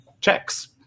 checks